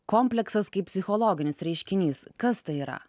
kompleksas kaip psichologinis reiškinys kas tai yra